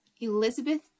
Elizabeth